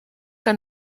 que